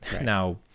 now